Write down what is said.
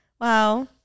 wow